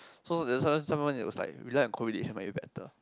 so that's why sometime it was like rely on correlation might be better